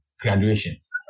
graduations